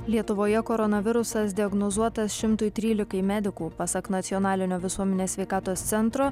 lietuvoje koronavirusas diagnozuotas šimtui trylika medikų pasak nacionalinio visuomenės sveikatos centro